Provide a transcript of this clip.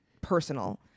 personal